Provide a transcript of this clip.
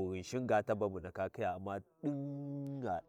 ghinshin ga taba bu ndaka thiya U’mma ɗingha.